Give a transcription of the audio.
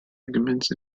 ligaments